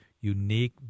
unique